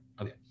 Okay